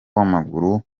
w’amaguru